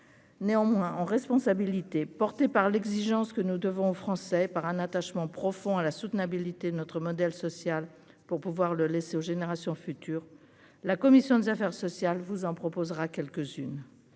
néanmoins en responsabilité, porté par l'exigence que nous devons aux français par un attachement profond à la soutenabilité de notre modèle social pour pouvoir le laisser aux générations futures, la commission des affaires sociales, vous en proposera quelques-unes,